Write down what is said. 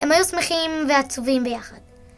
הם היו שמחים ועצובים ביחד.